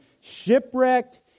shipwrecked